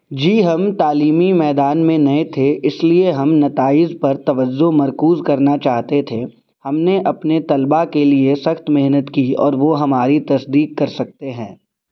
جی ہم تعلیمی میدان میں نئے تھے اس لیے ہم نتائج پر توجہ مرکوز کرنا چاہتے تھے ہم نے اپنے طلبہ کے لیے سخت محنت کی اور وہ ہماری تصدیق کر سکتے ہیں